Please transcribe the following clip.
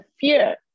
fear